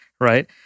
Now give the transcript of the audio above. Right